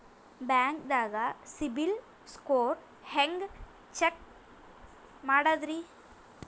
ಬ್ಯಾಂಕ್ದಾಗ CIBIL score ಹೆಂಗ್ check ಮಾಡದ್ರಿ?